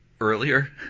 earlier